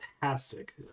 fantastic